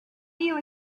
you